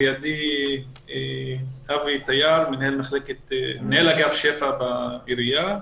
לידי אבי טייר, מנהל אגף שפ"ע בעירייה.